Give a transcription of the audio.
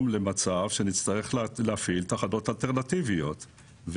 למצב שבו נצטרך להפעיל תחנות אלטרנטיביות,